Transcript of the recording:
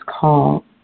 call